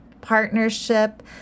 partnership